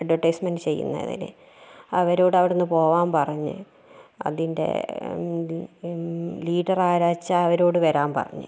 advertisement ചെയ്യുന്നതിന് അവരോട് അവിടെ നിന്ന് പോകാൻ പറഞ്ഞ് അതിൻ്റെ ലീഡർ ആരാച്ചാൽ അവരോട് വരാൻ പറഞ്ഞ്